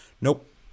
nope